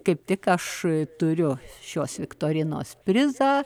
kaip tik aš turiu šios viktorinos prizą